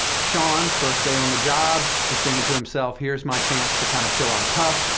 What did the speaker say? sean, first day on the job, is thinking to himself, here's my chance to kind of show i'm tough.